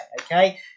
Okay